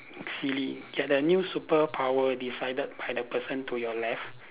silly get a new superpower decided by the person to your left